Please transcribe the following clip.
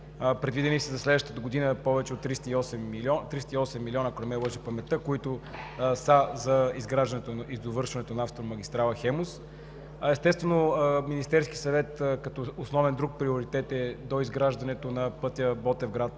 Предвидени са за следващата година повече от 308 млн. лв., ако не ме лъже паметта, които са за изграждането и довършването на автомагистрала „Хемус“. Естествено, за Министерския съвет основен друг приоритет е доизграждането на пътя Ботевград